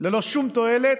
ללא שום תועלת,